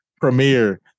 premiere